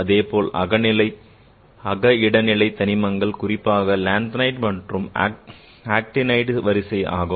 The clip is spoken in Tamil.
அதேபோல் அக இடைநிலைத் தனிமங்கள் குறிப்பாக லந்தனைடு மற்றும் ஆக்டினைடு வரிசையாகும்